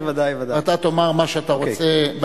ואתה תאמר מה שאתה רוצה.